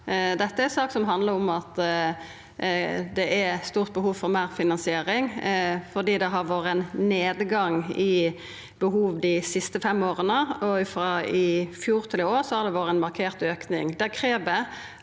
Dette er ei sak som handlar om at det er eit stort behov for meir finansiering fordi det har vore ein nedgang i behov dei siste fem åra, og frå i fjor til i år har det vore ein markert auke.